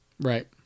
Right